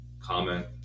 comment